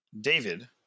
David